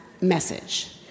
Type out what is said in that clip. message